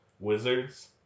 wizards